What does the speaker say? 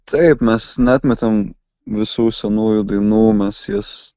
taip mes neatmetam visų senųjų dainų mes jas